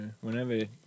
Whenever